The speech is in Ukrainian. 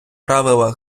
правила